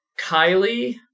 Kylie